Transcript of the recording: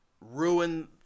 ruin